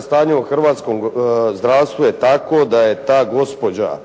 stanje u hrvatskom zdravstvu je takvo da je ta gospođa